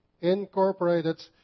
incorporated